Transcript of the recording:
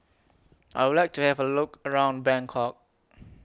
I Would like to Have A Look around Bangkok